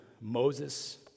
Moses